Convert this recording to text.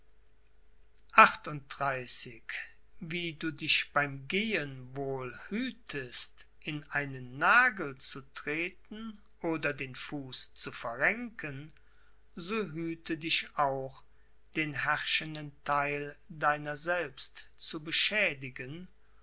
wie du dich beim gehen wohl hütest in einen nagel zu treten oder den fuß zu verrenken so hüte dich auch den herrschenden theil deiner selbst zu beschädigen